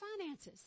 finances